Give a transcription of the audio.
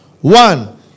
One